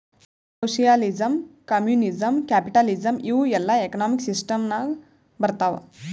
socialism, communism, capitalism ಇವೂ ಎಲ್ಲಾ economic system ನಾಗ್ ಬರ್ತಾವ್